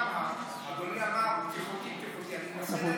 אדוני אמר, אני מנסה להבין.